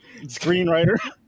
Screenwriter